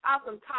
awesome